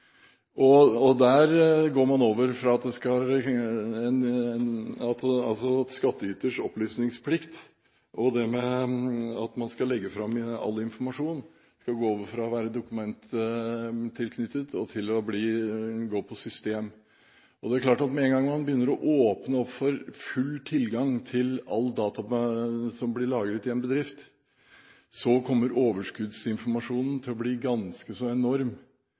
går der inn for at skattyters opplysningsplikt, at man skal legge fram all informasjon, skal gå fra å være dokumenttilknyttet til å gå på system. Det er klart at med en gang man begynner å åpne opp for full tilgang til all data som blir lagret i en bedrift, kommer overskuddsinformasjonen til å bli ganske så enorm